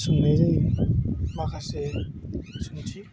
सोंनाय जायो माखासे सोंथि